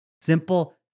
Simple